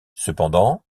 cependant